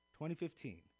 2015